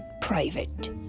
private